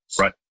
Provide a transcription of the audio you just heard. Right